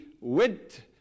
went